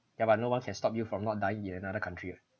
ya but no one can stop you from not dying in another country eh